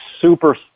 super